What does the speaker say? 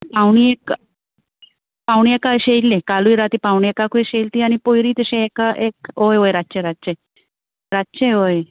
पावणे एक पावणे एका अशे येयल्ले कालूय राती पावणे एकाकू एश येल ती आनी पोयरी तशे एका एक ओय वोय रातचें रातचें रातचें वोय